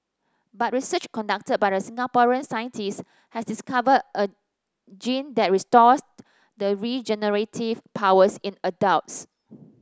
but research conducted by a Singaporean scientist has discovered a gene that restores the regenerative powers in adults